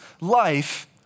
life